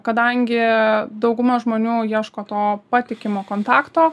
kadangi dauguma žmonių ieško to patikimo kontakto